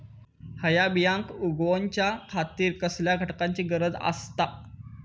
हया बियांक उगौच्या खातिर कसल्या घटकांची गरज आसता?